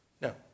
No